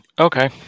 Okay